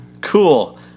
cool